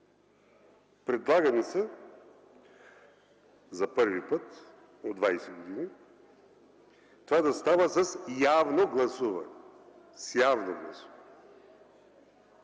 Предлага ни се за първи път от 20 години това да става с явно гласуване. Няма какво